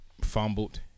fumbled